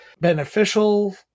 beneficial